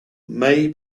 may